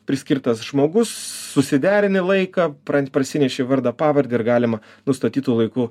priskirtas žmogus susiderini laiką prasineši vardą pavardę ir galima nustatytu laiku